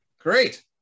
great